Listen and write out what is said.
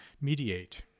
mediate